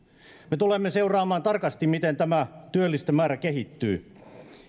me tulemme seuraamaan tarkasti miten työllisten määrä kehittyy